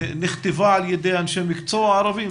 שנכתבה על ידי אנשי מקצוע ערבים.